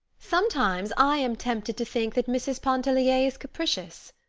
sometimes i am tempted to think that mrs. pontellier is capricious,